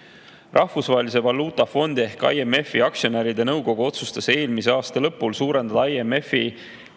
Riigikogu. Rahvusvahelise Valuutafondi ehk IMF‑i aktsionäride nõukogu otsustas eelmise aasta lõpul suurendada IMF‑i